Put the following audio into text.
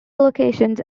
locations